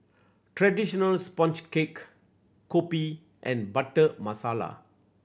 traditional sponge cake kopi and Butter Masala